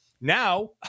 Now